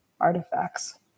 artifacts